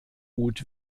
gut